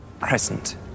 present